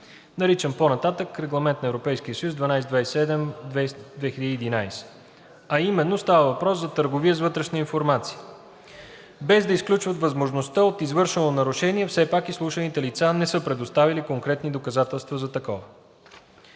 наричан по-нататък „Регламент (ЕС) № 1227/2011“, а именно търговия с вътрешна информация. Без да изключват възможността от извършено нарушение, все пак изслушаните лица не са предоставили конкретни доказателства за такова.